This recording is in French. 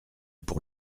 pour